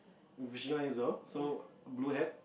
fishing lines so blue hat